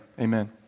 Amen